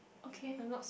okay